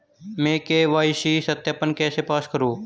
मैं के.वाई.सी सत्यापन कैसे पास करूँ?